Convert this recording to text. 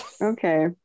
Okay